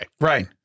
Right